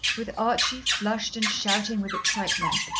with archie flushed and shouting with excitement,